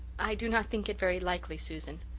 i do not think it very likely, susan.